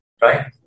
Right